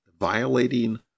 violating